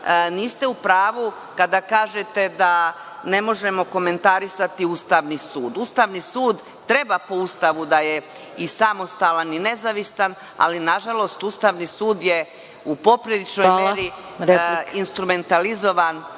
niste u pravu kada kažete da ne možemo komentarisati Ustavni sud. Ustavni sud treba po Ustavu da je i samostalan i nezavistan, ali nažalost, Ustavni sud je u popriličnoj meri instrumentalizovan